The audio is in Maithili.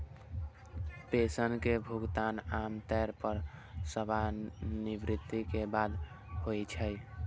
पेंशन के भुगतान आम तौर पर सेवानिवृत्ति के बाद होइ छै